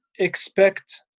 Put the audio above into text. expect